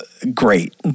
great